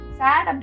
sad